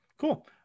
Cool